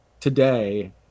today